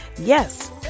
Yes